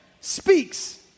speaks